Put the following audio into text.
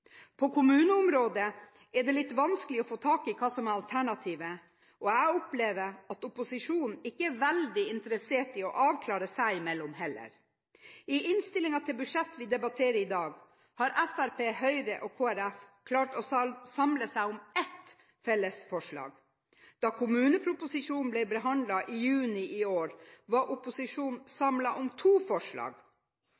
På kommuneområdet er det litt vanskelig å få tak i hva som er alternativet, og jeg opplever at opposisjonen heller ikke er veldig interessert i å avklare dette seg imellom. I innstillingen til budsjettet vi diskuterer i dag, har Fremskrittspartiet, Høyre og Kristelig Folkeparti klart å samle seg om ett felles forslag. Da kommuneproposisjonen ble behandlet i juni i år, var opposisjonen